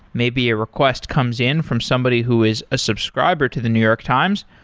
maybe a request comes in from somebody who is a subscriber to the new york times,